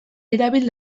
erabil